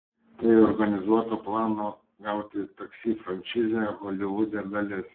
tai organizuoto plano gauti taksi franšizę holivude dalis